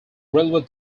railway